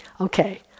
Okay